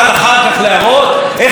זה ביטוי שלה,